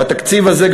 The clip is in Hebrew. והתקציב הזה,